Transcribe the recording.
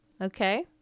Okay